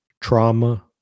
Trauma